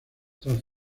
tras